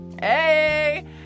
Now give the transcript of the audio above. Hey